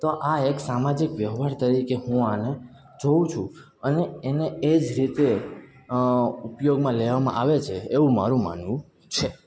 તો આ એક સામાજિક વ્યવહાર તરીકે હું આને જોઉં છું અને એને એ જ રીતે ઉપયોગમાં લેવામાં આવે છે એવું મારું માનવું છે